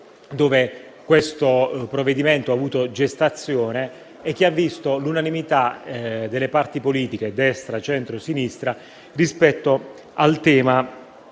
dove questo provvedimento ha avuto gestazione, che ha visto l'unanimità delle parti politiche - destra, centro e sinistra - rispetto al tema